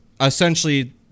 essentially